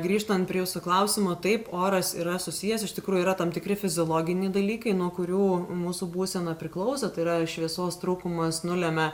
grįžtant prie jūsų klausimo taip oras yra susijęs iš tikrųjų yra tam tikri fiziologiniai dalykai nuo kurių mūsų būsena priklauso tai yra šviesos trūkumas nulemia